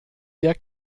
der